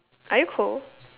are you cold